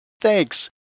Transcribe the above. Thanks